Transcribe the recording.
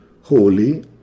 Holy